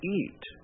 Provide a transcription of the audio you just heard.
eat